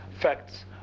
facts